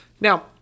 Now